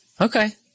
Okay